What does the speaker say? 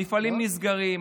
מפעלים נסגרים,